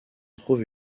trouve